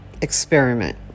experiment